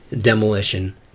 demolition